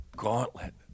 gauntlet